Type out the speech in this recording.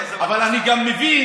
אבל גם מבין